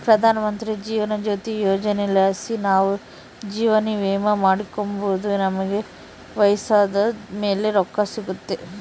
ಪ್ರಧಾನಮಂತ್ರಿ ಜೀವನ ಜ್ಯೋತಿ ಯೋಜನೆಲಾಸಿ ನಾವು ಜೀವವಿಮೇನ ಮಾಡಿಕೆಂಬೋದು ನಮಿಗೆ ವಯಸ್ಸಾದ್ ಮೇಲೆ ರೊಕ್ಕ ಸಿಗ್ತತೆ